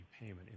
payment